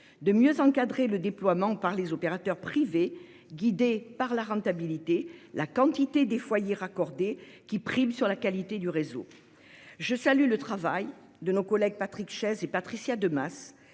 de mieux encadrer le déploiement par les opérateurs privés jusqu'alors guidés par la rentabilité, la quantité des foyers raccordés primant la qualité du réseau. Je salue le travail de nos collègues Patrick Chaize et Patricia Demas,